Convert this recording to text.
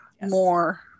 more